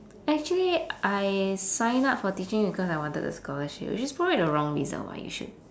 actually I signed up for teaching because I wanted the scholarship which is probably the wrong reason why you should